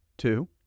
Two